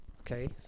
Okay